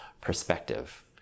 perspective